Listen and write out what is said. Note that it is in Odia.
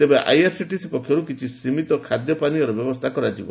ତେବେ ଆଇଆର୍ସିଟିସି ପକ୍ଷରୁ କିଛି ସୀମିତ ଖାଦ୍ୟପାନୀୟର ବ୍ୟବସ୍ଥା କରାଯିବ